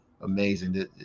amazing